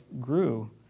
grew